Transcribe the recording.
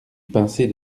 pincée